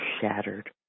shattered